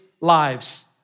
lives